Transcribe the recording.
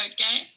Okay